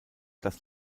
dass